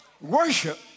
Worship